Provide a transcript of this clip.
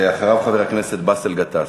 אחריו, חבר הכנסת באסל גטאס.